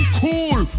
cool